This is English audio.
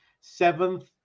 seventh